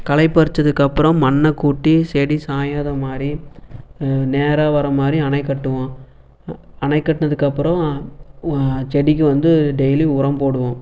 களை பறிச்சதுக்கப்புறம் மண்ணைக்கூட்டி செடி சாயாத மாதிரி நேரா வர மாதிரி அணை கட்டுவோம் அணை கட்டினதுக்கப்புறோம் செடிக்கு வந்து டெய்லி உரம் போடுவோம்